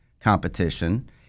competition